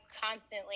constantly